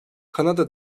kanada